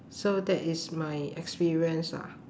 so that is my experience ah